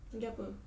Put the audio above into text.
lagi apa